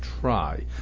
try